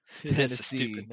Tennessee